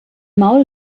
maul